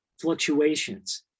fluctuations